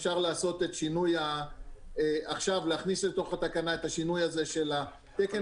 אפשר להכניס לתוך התקנה את השינוי הזה של התקן